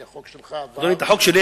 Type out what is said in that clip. כי החוק שלך עבר,